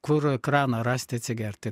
kur kraną rasti atsigerti